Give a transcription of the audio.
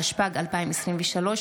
התשפ"ג 2023,